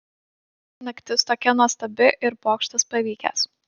naktis tokia nuostabi ir pokštas pavykęs